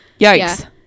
yikes